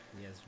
Yes